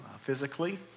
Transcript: physically